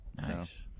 Nice